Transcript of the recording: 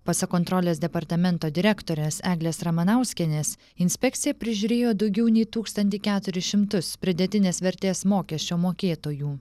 pasak kontrolės departamento direktorės eglės ramanauskienės inspekcija prižiūrėjo daugiau nei tūkstantį keturis šimtus pridėtinės vertės mokesčio mokėtojų